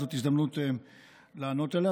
זאת הזדמנות לענות עליה,